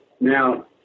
Now